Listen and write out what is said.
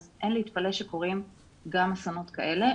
אז אין להתפלא שקורים גם אסונות כאלה,